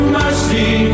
mercy